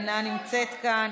אינה נמצאת כאן,